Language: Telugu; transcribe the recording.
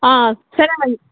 సరేనండి